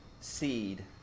seed